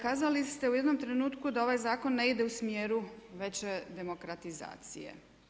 Kazali ste u jednom trenutku da ovaj zakon ne ide u smjeru veće demokratizacije.